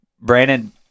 brandon